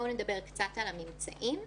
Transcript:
ממצאים: